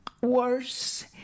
worse